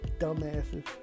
dumbasses